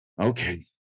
Okay